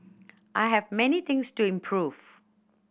I have many things to improve